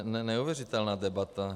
No, neuvěřitelná debata.